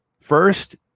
first